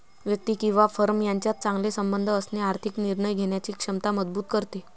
व्यक्ती किंवा फर्म यांच्यात चांगले संबंध असणे आर्थिक निर्णय घेण्याची क्षमता मजबूत करते